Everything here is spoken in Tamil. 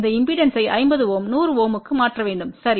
இந்த இம்பெடன்ஸ்பை 50 Ω 100 Ω க்கு மாற்ற வேண்டும் சரி